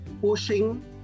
pushing